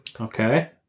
Okay